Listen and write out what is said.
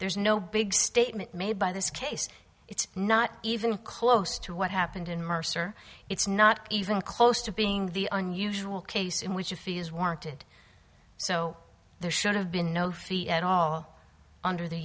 there's no big statement made by this case it's not even close to what happened in mercer it's not even close to being the unusual case in which a fee is warranted so there should have been no fee at all under the